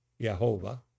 Yehovah